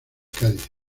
cádiz